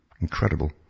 Incredible